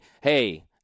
hey